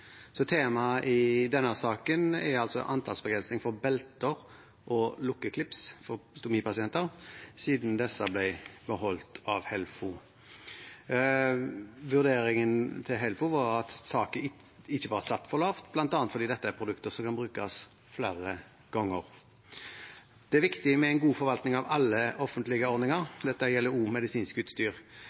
Temaet i denne saken er altså antallsbegrensning for belter og lukkeklips for stomipasienter, siden disse ble beholdt av Helfo. Vurderingen til Helfo var at satsen ikke var satt for lavt, bl.a. fordi dette er produkter som kan brukes flere ganger. Det er viktig med en god forvaltning av alle offentlige ordninger. Det gjelder også medisinsk utstyr.